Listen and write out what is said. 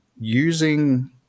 using